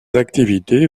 activités